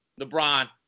LeBron